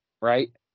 right